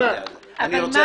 אני רוצה